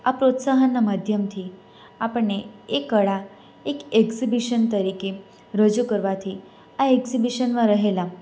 આ પ્રોત્સાહનનાં માધ્યમથી આપણને એ કળા એક એક્ઝિબિશન તરીકે રજૂ કરવાથી આ એક્ઝિબિશનમાં રહેલા